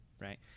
Right